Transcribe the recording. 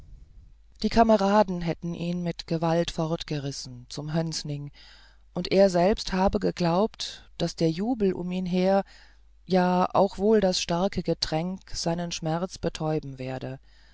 die kameraden hätten ihn mit gewalt fortgerissen zum hönsning und er selbst habe geglaubt daß der jubel um ihn her ja auch wohl das starke getränk seinen schmerz betäuben werde